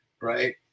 right